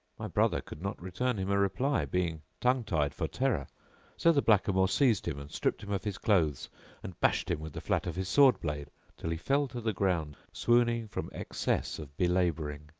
my brother could not return him a reply, being tongue tied for terror so the blackamoor seized him and stripped him of his clothes and bashed him with the flat of his sword blade till he fell to the ground, swooning from excess of belabouring.